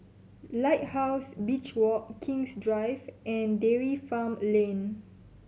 Lighthouse Beach Walk King's Drive and Dairy Farm Lane